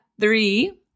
three